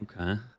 okay